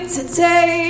Today